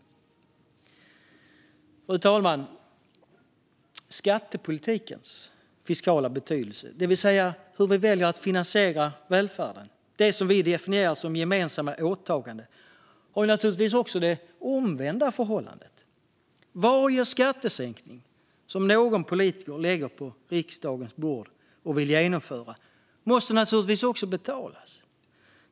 Fru talman! När det gäller skattepolitikens fiskala betydelse, det vill säga hur vi väljer att finansiera välfärden - det som vi definierar som gemensamma åtaganden - råder naturligtvis också det omvända förhållandet. Varje skattesänkning som någon politiker lägger på riksdagens bord och vill genomföra måste naturligtvis också betalas.